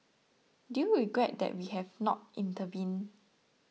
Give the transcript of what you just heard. do you regret that we have not intervened